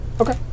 okay